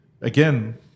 again